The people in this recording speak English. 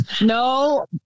No